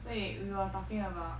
wait we were talking about